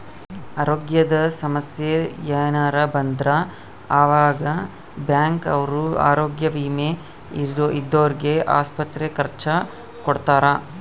ಅರೋಗ್ಯದ ಸಮಸ್ಸೆ ಯೆನರ ಬಂದ್ರ ಆವಾಗ ಬ್ಯಾಂಕ್ ಅವ್ರು ಆರೋಗ್ಯ ವಿಮೆ ಇದ್ದೊರ್ಗೆ ಆಸ್ಪತ್ರೆ ಖರ್ಚ ಕೊಡ್ತಾರ